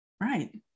Right